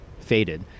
faded